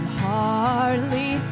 hardly